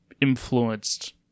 influenced